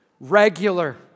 Regular